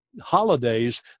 holidays